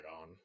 on